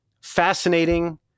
fascinating